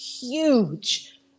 huge